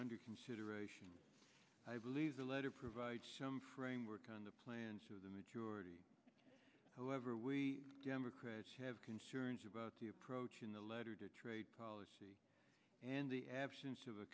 under consideration i believe the letter provides some framework on the plans of the majority however we democrats have concerns about the approach in the letter to trade policy and the absence of a